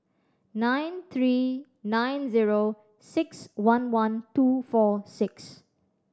nine three nine zero six one one two four six